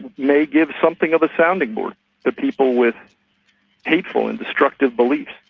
may give something of a sounding board for people with hateful and destructive beliefs,